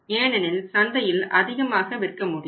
ஏனெனில் சந்தையில் அதிகமாக விற்க முடியும்